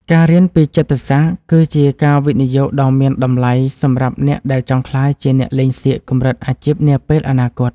ការរៀនពីចិត្តសាស្ត្រគឺជាការវិនិយោគដ៏មានតម្លៃសម្រាប់អ្នកដែលចង់ក្លាយជាអ្នកលេងសៀកកម្រិតអាជីពនាពេលអនាគត។